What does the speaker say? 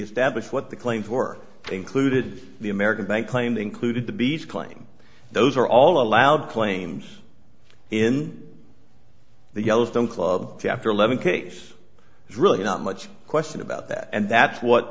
establish what the claims were included the american bank claim included the beach claim those are all allowed claims in the yellowstone club chapter eleven case is really not much question about that and that's what